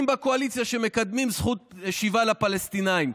בקואליציה שמקדמים זכות השיבה לפלסטינים.